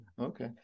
Okay